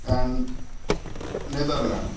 and Netherlands